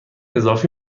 اضافی